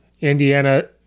Indiana